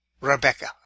Rebecca